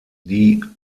die